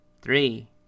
three